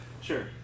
sure